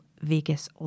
Vegas